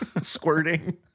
Squirting